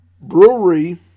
Brewery